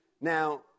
Now